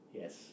Yes